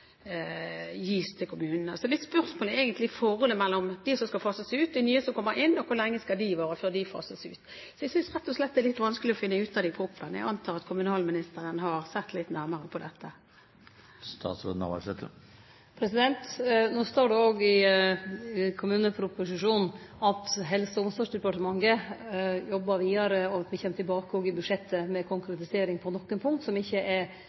gis til kommunene. Mitt spørsmål gjelder egentlig forholdet mellom det som skal fases ut og de nye som kommer inn, hvor lenge de skal vare før de også fases ut. Jeg synes rett og slett det er litt vanskelig å finne ut av det i proposisjonen. Jeg antar at kommunalministeren har sett litt nærmere på dette. No står det òg i kommuneproposisjonen at Helse- og omsorgsdepartementet jobbar vidare, og at me òg kjem tilbake i budsjettet med konkretisering på nokre punkt som kan oppfattast som ikkje heilt avklarte i proposisjonen. Det er